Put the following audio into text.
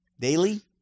daily